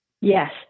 yes